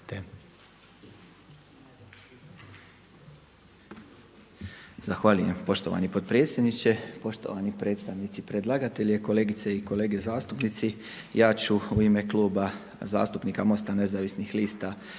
Zahvaljujem. Poštovani potpredsjedniče, poštovani predstavnici predlagatelja, kolegice i kolege zastupnici. Ja ću u ime Kluba zastupnika Mosta nezavisnih lista